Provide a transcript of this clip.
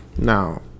Now